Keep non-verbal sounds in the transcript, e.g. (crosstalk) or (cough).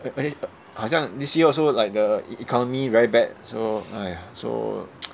(noise) 好像 this year also like the e~ economy very bad so !aiya! so (noise)